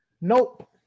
Nope